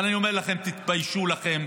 אבל אני אומר לכם, תתביישו לכם,